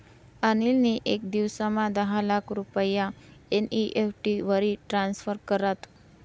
अनिल नी येक दिवसमा दहा लाख रुपया एन.ई.एफ.टी वरी ट्रान्स्फर करात